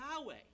Yahweh